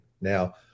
Now